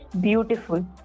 beautiful